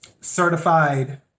certified